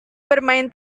bermain